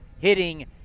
hitting